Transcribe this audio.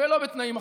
תודה רבה.